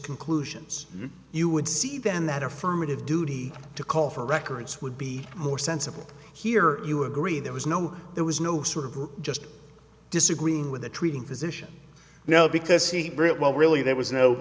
conclusions you would see then that affirmative duty to call for records would be more sensible here you agree there was no there was no sort of just disagreeing with the treating physician now because he britt well really there was no